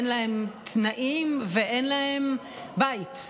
אין להם תנאים ואין להם בית,